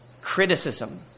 criticism